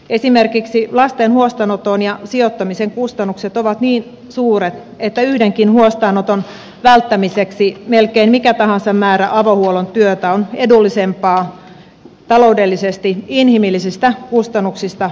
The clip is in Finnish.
esimerkiksi lasten huostaanoton ja sijoittamisen kustannukset ovat niin suuret että yhdenkin huostaanoton välttämiseksi melkein mikä tahansa määrä avohuollon työtä on taloudellisesti edullisempaa inhimillisistä kustannuksista puhumattakaan